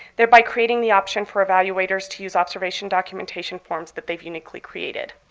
thereby creating the option for evaluators to use observation documentation forms that they've uniquely created.